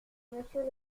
monsieur